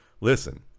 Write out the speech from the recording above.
listen